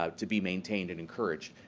ah to be maintained and encouraged.